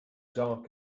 dark